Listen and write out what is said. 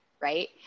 right